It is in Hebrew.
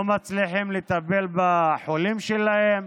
לא מצליחים לטפל בחולים שלהם,